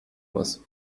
muss